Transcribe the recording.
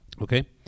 Okay